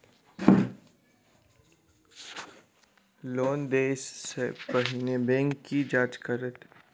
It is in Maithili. लोन देय सा पहिने बैंक की जाँच करत?